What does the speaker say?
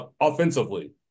offensively